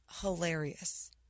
hilarious